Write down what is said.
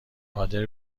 قادر